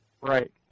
Right